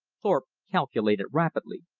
thorpe calculated rapidly.